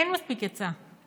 אין מספיק היצע.